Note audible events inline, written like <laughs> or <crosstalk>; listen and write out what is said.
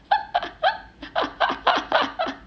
<laughs>